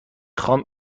خوام